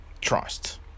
trust